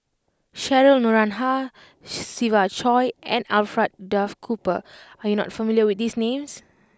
Cheryl Noronha Siva Choy and Alfred Duff Cooper are you not familiar with these names